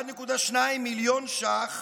1.2 מיליון ש"ח